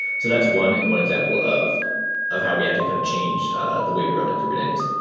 so that's one one example of of how we had to kind of change the way we run at kubernetes.